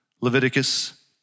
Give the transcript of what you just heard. Leviticus